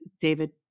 David